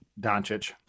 Doncic